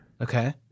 Okay